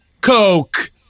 Coke